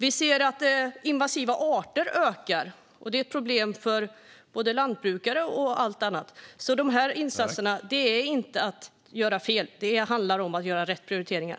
Vi ser att invasiva arter ökar. Det är ett problem för både lantbrukare och allt annat, så de här insatserna är inte att göra fel. Det handlar om att göra rätt prioriteringar.